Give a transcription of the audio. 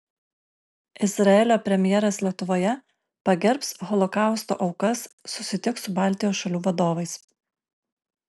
izraelio premjeras lietuvoje pagerbs holokausto aukas susitiks su baltijos šalių vadovais